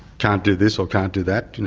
can't do this or can't do that.